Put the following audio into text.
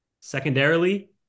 secondarily